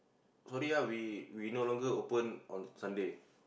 sorry ah we we no longer open on Sunday